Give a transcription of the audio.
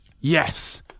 Yes